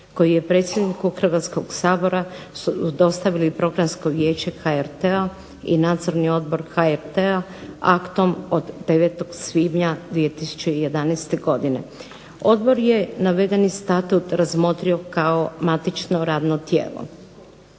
kojeg je predsjedniku Hrvatskog sabora dostavilo Programsko vijeće HRT-a i nadzorni odbor HRT-a aktom od 9. svibnja 2011. godine. Odbor je navedeni Statut razmotrio kao matično radno tijelo.